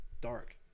dark